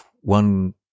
one